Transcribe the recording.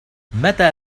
متى